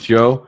Joe